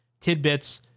tidbits